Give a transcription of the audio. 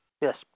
Yes